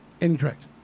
incorrect